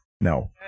No